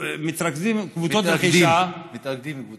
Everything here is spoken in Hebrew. מתרכזות קבוצות רכישה, מתאגדות קבוצות.